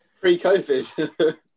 Pre-COVID